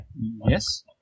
Yes